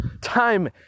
Time